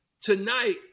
tonight